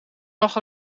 nog